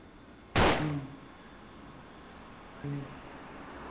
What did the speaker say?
ह्म्म ह्म्म ह्म्म